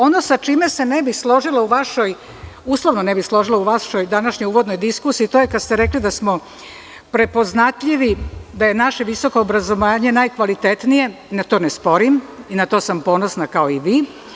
Ono sa čime se ne bih uslovno složila u vašoj današnjoj diskusiji je to kada ste rekli da smo prepoznatljivi, da je naše visoko obrazovanje najkvalitetnije, to ne sporim i na to sam ponosna kao i vi.